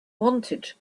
wanted